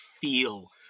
feel